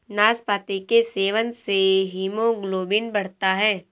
नाशपाती के सेवन से हीमोग्लोबिन बढ़ता है